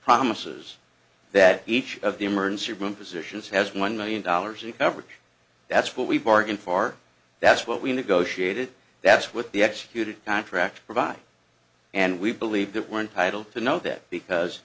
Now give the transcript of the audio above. promises that each of the emergency room physicians has one million dollars in coverage that's what we bargain far that's what we negotiated that's what the executed contract provide and we believe that one title to know that because